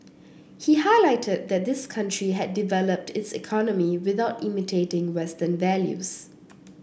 he highlighted that his country had developed its economy without imitating Western values